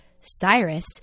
Cyrus